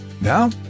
Now